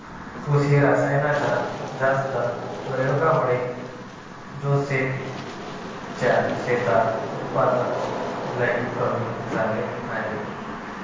कृषी रासायनाच्या जास्त प्रयोगामुळे जोसेफ च्या शेतात उत्पादन लई कमी झाले आहे